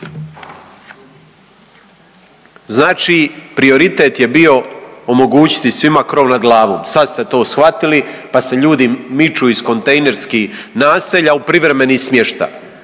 Znači prioritet je bio omogućiti svima krov nad glavom, sad ste to shvatili, pa se ljudi miču iz kontejnerskih naselja u privremeni smještaj